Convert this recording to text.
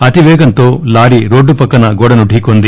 అతిపేగంతో lorry రోడ్లు పక్కన గోడను డీక్కొంది